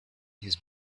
his